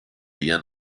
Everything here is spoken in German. ihren